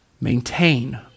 maintain